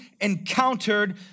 encountered